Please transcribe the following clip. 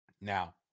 Now